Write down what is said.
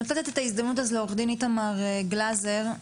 אני נותנת את ההזדמנות לעו"ד איתמר גלזר,